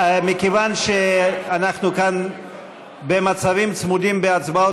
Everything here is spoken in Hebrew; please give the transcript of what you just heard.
מכיוון שאנחנו כאן במצבים צמודים בהצבעות,